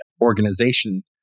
organization